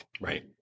Right